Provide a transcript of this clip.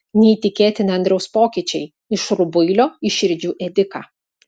neįtikėtini andriaus pokyčiai iš rubuilio į širdžių ėdiką